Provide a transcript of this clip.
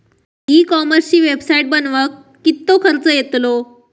E कॉमर्सची website बनवक किततो खर्च येतलो?